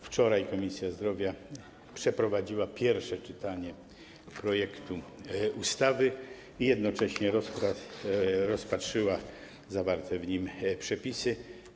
Wczoraj Komisja Zdrowia przeprowadziła pierwsze czytanie projektu ustawy i jednocześnie rozpatrzyła zawarte w nim przepisy.